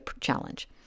challenge